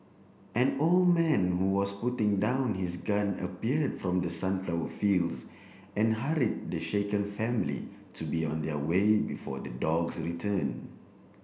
an old man who was putting down his gun appear from the sunflower fields and hurried the shaken family to be on their way before the dogs return